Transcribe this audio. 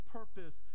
purpose